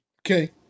Okay